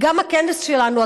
גם הכנס שלנו,